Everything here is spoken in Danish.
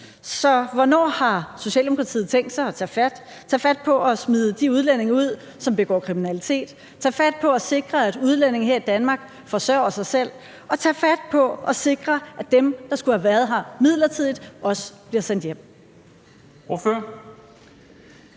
Så hvornår har Socialdemokratiet tænkt sig at tage fat på at smide de udlændinge, som begår kriminalitet, ud, tage fat på at sikre, at udlændinge her i Danmark forsørger sig selv, og tage fat på at sikre, at dem, der skulle have været her midlertidigt, også bliver sendt hjem?